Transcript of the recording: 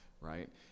Right